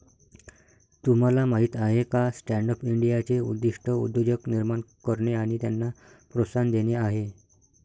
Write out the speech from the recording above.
तुम्हाला माहीत आहे का स्टँडअप इंडियाचे उद्दिष्ट उद्योजक निर्माण करणे आणि त्यांना प्रोत्साहन देणे आहे